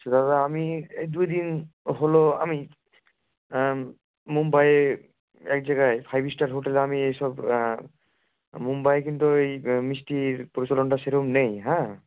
সে দাদা আমি এই দু দিন হলো আমি মুম্বাইয়ে এক জায়গায় ফাইভ স্টার হোটেল আমি এইসব মুম্বাইয়ে কিন্তু ওই মিষ্টির পরিচলনটা সেরকম নেই হ্যাঁ